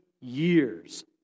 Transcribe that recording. years